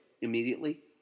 immediately